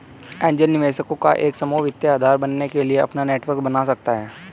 angel निवेशकों का एक समूह वित्तीय आधार बनने के लिए अपना नेटवर्क बना सकता हैं